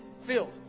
Filled